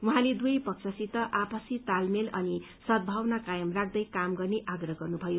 उहाँले दुवै पक्षसित आपसी तालमेल अनि सद्भावना कायम राख्दै काम गर्ने आप्रह गर्नुभयो